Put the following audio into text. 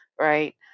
right